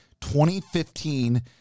2015